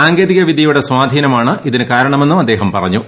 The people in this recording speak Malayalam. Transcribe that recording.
സാങ്കേതികവിദൃയുടെ സ്വാധീനമാണ് ഇതിന് കാരണമെന്നും അദ്ദേഹം പറഞ്ഞൂ